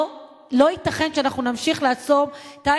לא ייתכן שאנחנו נמשיך לעצום את העין